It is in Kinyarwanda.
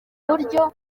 buryo